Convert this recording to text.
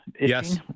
Yes